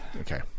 Okay